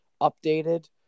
updated